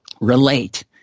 relate